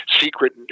secret